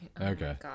okay